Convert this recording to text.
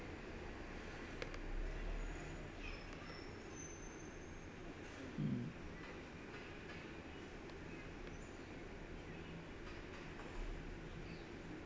mm